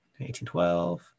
1812